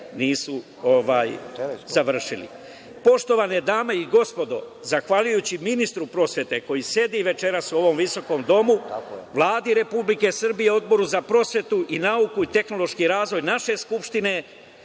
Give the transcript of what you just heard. nisu završili. Poštovane dame i gospodo, zahvaljujući ministru prosvete koji sedi večeras u ovom visokom domu, Vladi Republike Srbije, Odboru za prosvetu, nauku i tehnološki razvoj naše Skupštine,